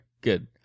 good